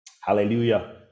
hallelujah